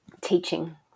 teaching